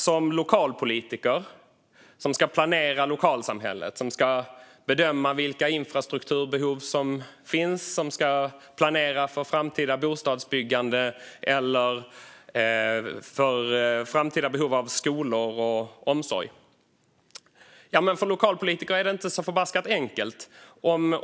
Som lokalpolitiker, som ska planera lokalsamhället, bedöma vilka infrastrukturbehov som finns, planera för framtida bostadsbyggande eller framtida behov av skolor och omsorg, är det inte så förbaskat enkelt.